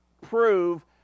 prove